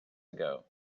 ago